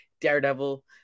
Daredevil